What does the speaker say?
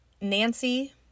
Nancy